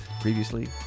previously